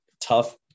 tough